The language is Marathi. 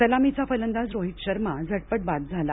सलामीचा फलंदाज रोहित शर्मा झटपट बाद झाला